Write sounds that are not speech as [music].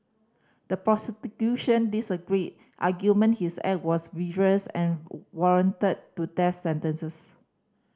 the [unintelligible] disagreed argument his act was vicious and warranted to death sentences